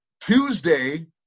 tuesday